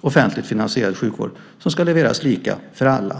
offentligt finansierad sjukvård som ska levereras lika för alla.